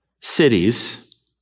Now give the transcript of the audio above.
cities